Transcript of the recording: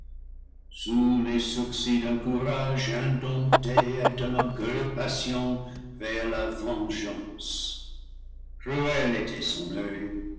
les sourcils d'un courage indompté et d'un orgueil patient veille la vengeance cruel était son